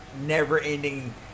never-ending